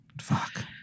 Fuck